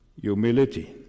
humility